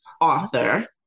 author